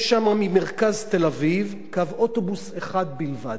יש שם, ממרכז תל-אביב, קו אוטובוס אחד בלבד.